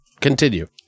continue